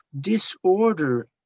disorder